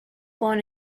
born